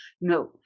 No